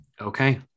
Okay